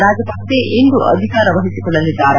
ರಾಜಪಕ್ಪ ಇಂದು ಅಧಿಕಾರ ವಹಿಸಿಕೊಳ್ಳಲಿದ್ದಾರೆ